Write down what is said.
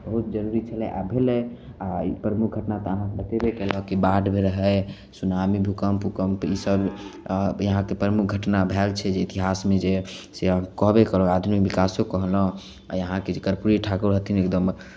बहुत जरूरी छलै आ भेलै आ प्रमुख घटना तऽ अहाँकेँ बतेबे कयलहुँ कि बाढ़िमे रहय सुनामी भूकम्प उकम्प इसभ यहाँके प्रमुख घटना भेल छै जे इतिहासमे जे से हम कहबे कयलहुँ आधुनिक विकासो कहलहुँ आ यहाँके जे कर्पूरी ठाकुर रहथिन एकदम